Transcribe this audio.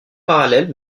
parallèle